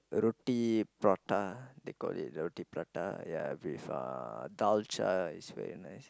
roti prata they call it roti prata ya with a Dalcha is very nice